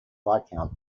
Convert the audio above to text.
viscount